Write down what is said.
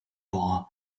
bar